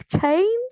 change